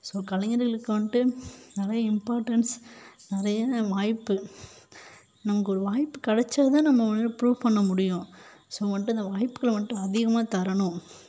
so கலைஞர்களுக்கு வந்துட்டு நிறைய இம்பார்ட்டென்ஸ் நிறைய வாய்ப்பு நமக்கு ஒரு வாய்ப்பு கிடச்சா தான் நம்மளால் ப்ரூப் பண்ண முடியும் ஸோ வந்துட்டு அந்த வாய்ப்புகளை வந்துட்டு அதிகமாக தரணும்